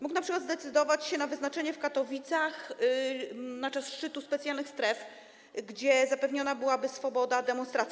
Mógł np. zdecydować się na wyznaczenie w Katowicach na czas szczytu specjalnych stref, gdzie zapewniona byłaby swoboda demonstracji.